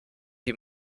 die